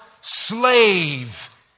slave